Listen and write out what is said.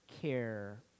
care